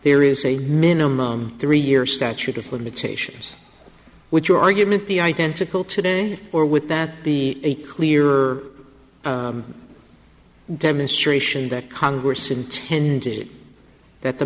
there is a minimum three year statute of limitations which your argument be identical today or would that be a clear demonstration that congress intended that the